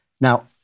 Now